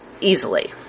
easily